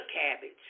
cabbage